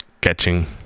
catching